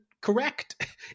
correct